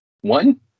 One